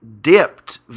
dipped